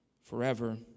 forever